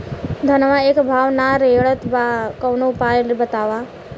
धनवा एक भाव ना रेड़त बा कवनो उपाय बतावा?